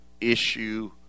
issue